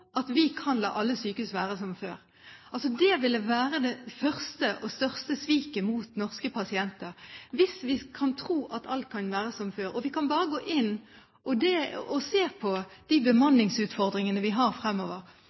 at vi kan la alle sykehus være som før. Det ville være det første og største sviket mot norske pasienter, hvis vi kan tro at alt kan være som før. Vi kan bare gå inn og se på de bemanningsutfordringene vi har fremover.